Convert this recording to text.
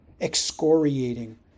excoriating